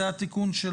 זה התיקון של